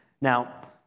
Now